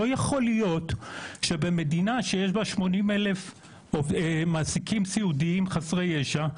לא יכול להיות שבמדינה שיש בה 80,000 מעסיקים סיעודיים חסרי ישע,